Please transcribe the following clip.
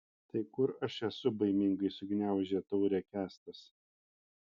tai kur aš esu baimingai sugniaužė taurę kęstas